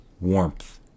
warmth